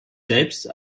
selbst